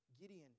Gideon